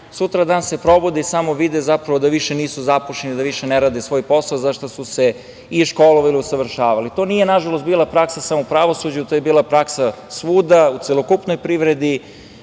sutradan se probude i samo vide, zapravo, da više nisu zapošljeni, da više ne rade svoj posao za šta su se i školovali i usavršavali. To nije, nažalost, bila praksa samo u pravosuđu, to je bila praksa svuda u celokupnoj privredi,